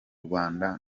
rwanda